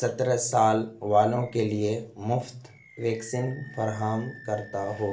سترہ سال والوں کے لیے مفت ویکسین فراہم کرتا ہو